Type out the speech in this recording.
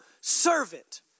servant